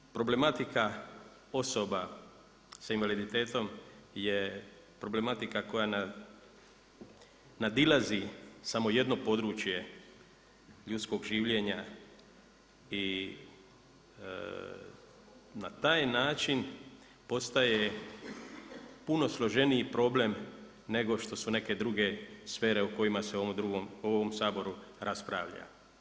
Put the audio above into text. Naime, problematika osoba sa invaliditetom je problematika koja nadilazi samo jedno područje ljudskog življenja i na taj način postaje puno složeniji problem nego što su neke druge sfere o kojima se u ovom Saboru raspravlja.